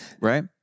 right